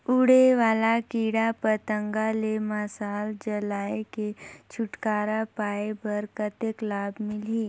उड़े वाला कीरा पतंगा ले मशाल जलाय के छुटकारा पाय बर कतेक लाभ मिलही?